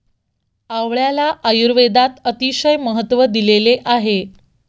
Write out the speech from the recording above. आवळ्याला आयुर्वेदात अतिशय महत्त्व दिलेले आहे